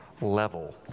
level